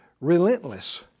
relentless